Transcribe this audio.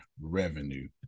revenue